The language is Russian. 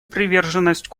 приверженность